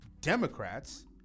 Democrats